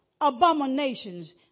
abominations